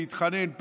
להתחנן,